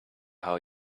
how